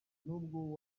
nubwo